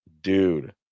Dude